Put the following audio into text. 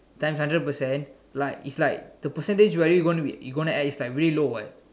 time hundred percent like it's like the percentage very you going to add it's like very low [what]